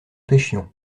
pêchions